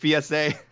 PSA